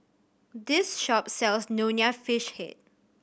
this shop sells Nonya Fish Head